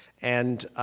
and,